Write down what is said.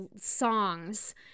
songs